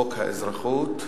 חוק האזרחות,